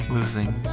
Losing